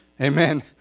amen